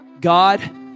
God